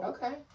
Okay